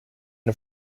der